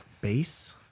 base